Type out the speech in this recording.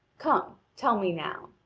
come, tell me now